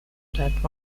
that